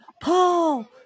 Paul